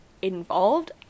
Involved